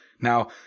Now